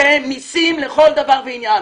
כלומר, מיסים לכל דבר ועניין.